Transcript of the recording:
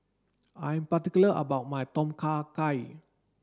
I'm particular about my Tom Kha Gai